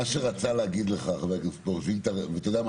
מה שרצה להגיד לך חבר הכנסת פרוש אתה יודע מה?